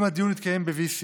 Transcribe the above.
אם הדיון התקיים ב-VC.